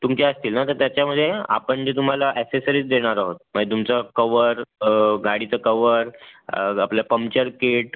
तुमचे असतील ना तर त्याच्यामध्ये ना आपण जे तुम्हाला ॲक्सेसरीज देणार आहोत म्हणजे तुमचं कवर गाडीचं कवर आपलं पंक्चर कीट